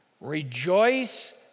rejoice